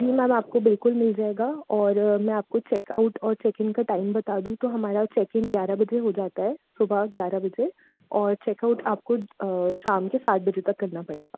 जी ma'am आपको बिल्कुल मिल जाएगा और मैं आपको चेकआउट और चेकइन का टाइम बता दूँ तो हमारा चेकइन ग्यारह बजे हो जाता है सुबह ग्यारह बजे और चेकआउट आपको शाम के सात बजे तक करना पड़ेगा